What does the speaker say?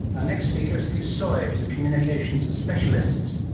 our next speaker is peter sawyer who is a communications specialist,